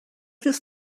this